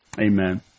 Amen